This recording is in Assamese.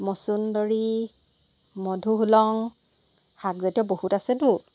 মছন্দৰী মধুসোলেং শাকজাতীয় বহুত আছেতো